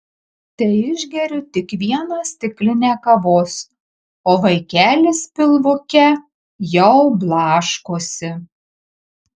teišgeriu tik vieną stiklinę kavos o vaikelis pilvuke jau blaškosi